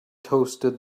toasted